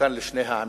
מסוכן לשני העמים.